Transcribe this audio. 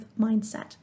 mindset